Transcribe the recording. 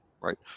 right